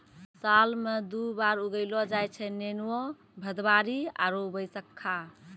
साल मॅ दु बार उगैलो जाय छै नेनुआ, भदबारी आरो बैसक्खा